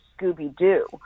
scooby-doo